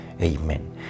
Amen